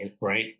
right